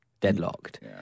deadlocked